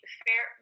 fair